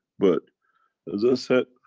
but as i said,